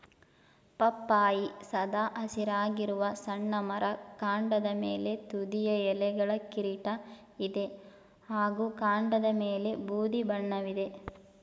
ಪಪ್ಪಾಯಿ ಸದಾ ಹಸಿರಾಗಿರುವ ಸಣ್ಣ ಮರ ಕಾಂಡದ ಮೇಲೆ ತುದಿಯ ಎಲೆಗಳ ಕಿರೀಟ ಇದೆ ಹಾಗೂ ಕಾಂಡದಮೇಲೆ ಬೂದಿ ಬಣ್ಣವಿದೆ